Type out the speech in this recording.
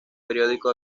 periódico